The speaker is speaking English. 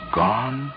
gone